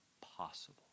possible